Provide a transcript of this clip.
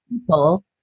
people